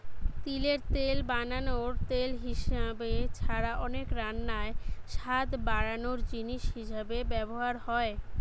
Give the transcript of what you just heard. তিলের তেল রান্নার তেল হিসাবে ছাড়া অনেক রান্নায় স্বাদ বাড়ানার জিনিস হিসাবে ব্যভার হয়